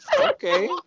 Okay